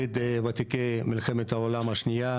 ברית וותיקי מלחמת העולם השנייה,